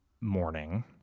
morning